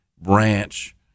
branch